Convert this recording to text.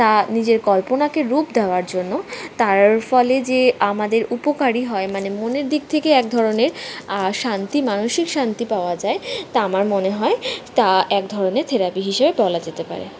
তা নিজের কল্পনাকে রূপ দেওয়ার জন্য তার ফলে যে আমাদের উপকারী হয় মানে মনের দিক থেকে এক ধরনের শান্তি মানসিক শান্তি পাওয়া যায় তা আমার মনে হয় তা এক ধরনের থেরাপি হিসেবে বলা যেতে পারে